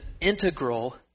integral